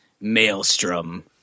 Maelstrom